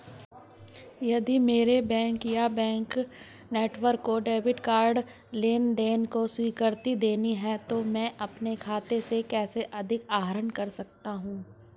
यदि मेरे बैंक या बैंक नेटवर्क को डेबिट कार्ड लेनदेन को स्वीकृति देनी है तो मैं अपने खाते से कैसे अधिक आहरण कर सकता हूँ?